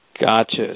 Gotcha